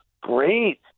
Great